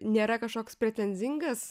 nėra kažkoks pretenzingas